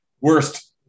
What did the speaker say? worst